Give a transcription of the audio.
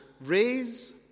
raise